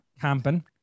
camping